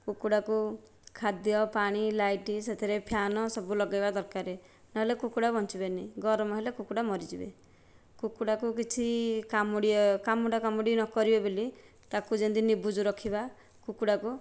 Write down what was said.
କୁକୁଡ଼ାକୁ ଖାଦ୍ୟ ପାଣି ଲାଇଟ୍ ସେଥିରେ ଫ୍ୟାନ ସବୁ ଲଗାଇବା ଦରକାର ନହେଲେ କୁକୁଡ଼ା ବଞ୍ଚିବେନି ଗରମ ହେଲେ କୁକୁଡ଼ା ମରିଯିବେ କୁକୁଡ଼ାକୁ କିଛି କାମୁଡ଼ା କାମୁଡ଼ା କୁମୁଡ଼ି ନକରିବେ ବୋଲି ତାକୁ ଯେମିତି ନିବୁଜ ରଖିବା କୁକୁଡ଼ାକୁ